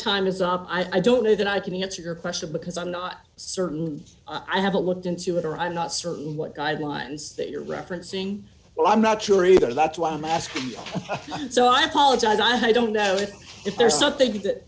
time is up i don't know that i can use your question because i'm not certain i have a looked into it or i'm not certain what guidelines that you're referencing well i'm not sure either that's why i'm asking so i apologize i don't know if there's something t